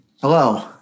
Hello